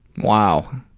wow.